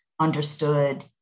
understood